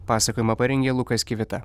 pasakojimą parengė lukas kivita